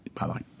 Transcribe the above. Bye-bye